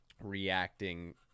reacting